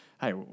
hey